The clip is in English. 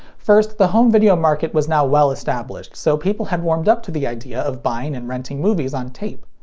first, the home video market was now well established, so people had warmed up to the idea of buying and renting movies on tape.